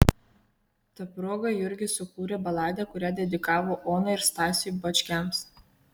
ta proga jurgis sukūrė baladę kurią dedikavo onai ir stasiui bačkiams